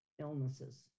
illnesses